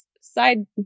side